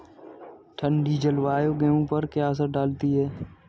ठंडी जलवायु गेहूँ पर क्या असर डालती है?